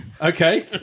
okay